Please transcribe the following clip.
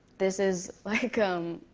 this is like um